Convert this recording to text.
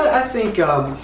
i think,